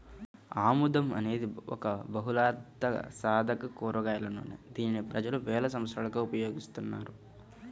ఆముదం అనేది ఒక బహుళార్ధసాధక కూరగాయల నూనె, దీనిని ప్రజలు వేల సంవత్సరాలుగా ఉపయోగిస్తున్నారు